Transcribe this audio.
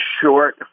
short